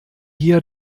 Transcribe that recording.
hier